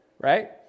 right